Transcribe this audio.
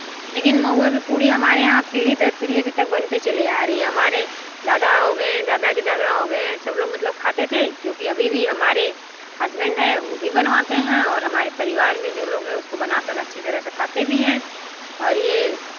लेकिन महुआ की पूड़ी हमारे यहाँ पीढ़ी दर पीढ़ी अभी तक बनते चले आ रही हमारे दादा हो गए हैं दादा के दादा हो गए हैं सब लोग मतलब खाते थे जो कि अभी भी हमारे हस्बैंड है वह भी बनवाते हैं और हमारे परिवार में जो लोग हैं उसको बना कर अच्छी तरह से खाते भी हैं और ये